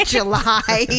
July